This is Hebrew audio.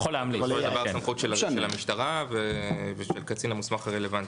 זו כבר הסמכות של המשטרה ושל הקצין המוסמך הרלוונטי.